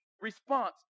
response